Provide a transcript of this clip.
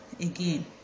again